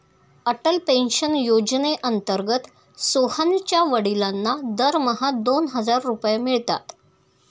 Atal pension योजनेअंतर्गत सोहनच्या वडिलांना दरमहा दोन हजार रुपये मिळतात